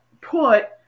put